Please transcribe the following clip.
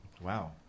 wow